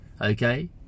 Okay